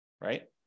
right